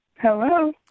Hello